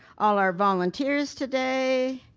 all our volunteers today.